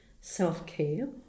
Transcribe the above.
self-care